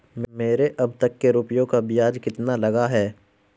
मेरे अब तक के रुपयों पर ब्याज कितना लगा है?